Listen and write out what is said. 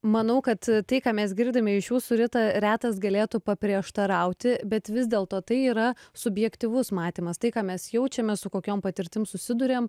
manau kad tai ką mes girdime iš jūsų rita retas galėtų paprieštarauti bet vis dėlto tai yra subjektyvus matymas tai ką mes jaučiame su kokiom patirtim susiduriam